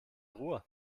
ruhr